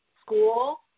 school